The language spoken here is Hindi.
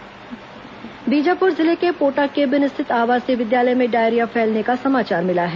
बीजापुर डायरिया बीजापुर जिले के पोटाकेबिन स्थित आवासीय विद्यालय में डायरिया फैलने का समाचार मिला है